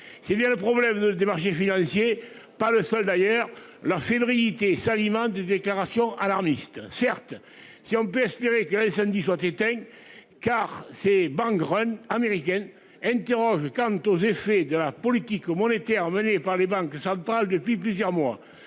S'il y a le problème des marchés financiers, pas le seul d'ailleurs. La fébrilité Salima des déclarations alarmistes certes si on peut espérer qu'il y a samedi soit éteint. Car ces banques reine américaine interroge quant aux effets de la politique monétaire menée par les banques centrales depuis plusieurs mois